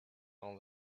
all